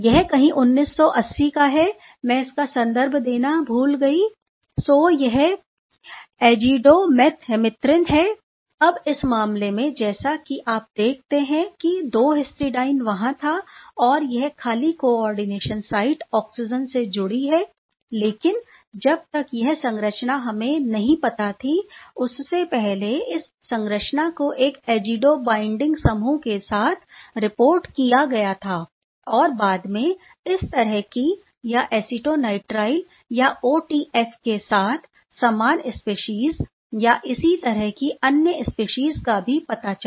यह कहीं 1980 का है मैं इसका संदर्भ देना भूल गई सो यह azidomethemerythrin है अब इस मामले में जैसा कि आप देखते हैं कि 2 हिस्टिडाइन वहां था और यह खाली कोआर्डिनेशन साइट ऑक्सीजन से जुड़ी है लेकिन जब तक यह संरचना हमें नहीं पता थी उससे पहले इस संरचना को पहले एक एज़िडो बाइंडिंग समूह के साथ रिपोर्ट किया गया था और बाद में इस तरह की या एसिटोनिट्राइल या ओटीएफ के साथ समान स्पीशीज या इसी तरह की अन्य स्पीशीज का भी पता चला